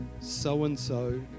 so-and-so